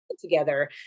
Together